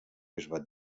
bisbat